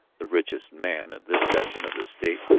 the richest man of this section of the state,